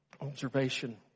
observation